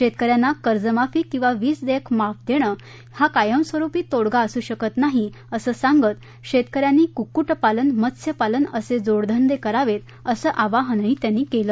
शेतकऱ्यांना कर्जमाफी किंवा वीजदेयक माफी देणं हा कायमस्वरूपी तोडगा असू शकत नाही असं सांगत शेतकऱ्यांनी कुक्कुटपालन मत्स्यपालन असे जोडधंदे करावेत असं आवाहनही त्यांनी केलं